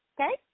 okay